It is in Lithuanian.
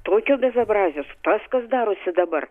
tokio bezabrazijos tas kas darosi dabar